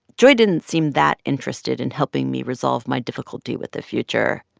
joy didn't seem that interested in helping me resolve my difficulty with the future.